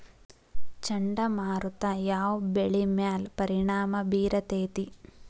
ಚಂಡಮಾರುತ ಯಾವ್ ಬೆಳಿ ಮ್ಯಾಲ್ ಪರಿಣಾಮ ಬಿರತೇತಿ?